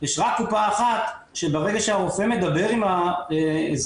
יש רק קופה אחת שברגע שהרופא מדבר עם האזרח,